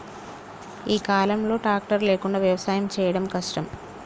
ఈ కాలం లో ట్రాక్టర్ లేకుండా వ్యవసాయం చేయడం కష్టం